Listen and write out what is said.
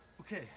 Okay